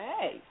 Hey